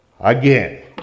Again